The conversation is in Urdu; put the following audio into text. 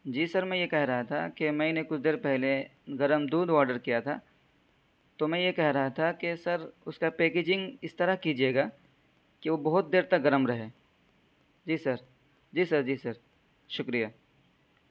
جی سر میں یہ کہہ رہا تھا کہ میں نے کچھ دیر پہلے گرم دودھ آڈر کیا تھا تو میں یہ کہہ رہا تھا کہ سر اس کا پیکجنگ اس طرح کیجیے گا کہ وہ بہت دیر تک گرم رہے جی سر جی سر جی سر شکریہ